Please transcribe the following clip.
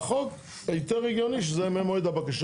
והחוק יותר הגיוני שזה יהיה ממועד הבקשה